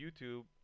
youtube